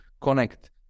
connect